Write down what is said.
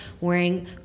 wearing